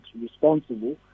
responsible